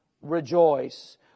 rejoice